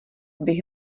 bych